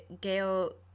Gail